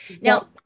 Now